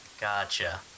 Gotcha